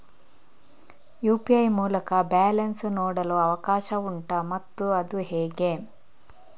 UPI ಮೂಲಕ balance ನೋಡಲು ಅವಕಾಶ ಉಂಟಾ ಮತ್ತು ಅದು ಹೇಗೆ?